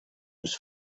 was